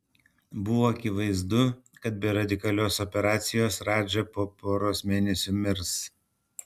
buvo akivaizdu kad be radikalios operacijos radža po poros mėnesių mirs